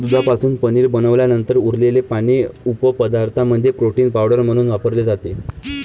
दुधापासून पनीर बनवल्यानंतर उरलेले पाणी उपपदार्थांमध्ये प्रोटीन पावडर म्हणून वापरले जाते